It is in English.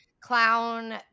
clown